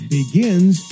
begins